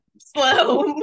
slow